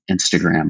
Instagram